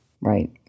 Right